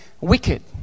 wicked